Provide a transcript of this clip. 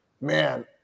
man